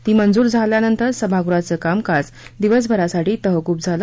ती मंजूर झाल्यानंतर सभागृहाचं कामकाज दिवसभरासाठी तहकूब झालं